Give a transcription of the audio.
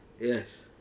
Yes